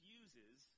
uses